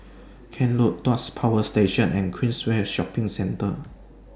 Kent Road Tuas Power Station and Queensway Shopping Centre